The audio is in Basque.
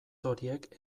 horiek